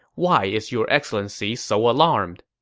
why is your excellency so alarmed?